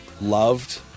loved